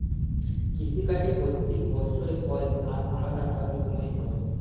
কিসি কাজ প্যত্তেক বসর হ্যয় আর আলেদা আলেদা সময়ে হ্যয়